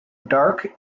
dark